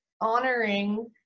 honoring